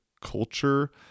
culture